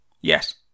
yes